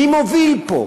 מי מוביל פה?